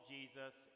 Jesus